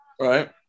Right